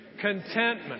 Contentment